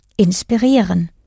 Inspirieren